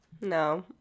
No